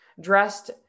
dressed